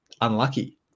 unlucky